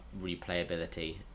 replayability